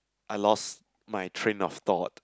I lost my train of thought